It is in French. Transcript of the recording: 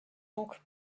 donc